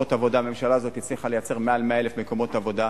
הממשלה הזאת הצליחה לייצר יותר מ-100,000 מקומות עבודה.